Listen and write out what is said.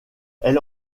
elle